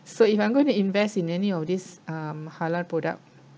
so if I'm going to invest in any of this um halal product